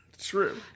True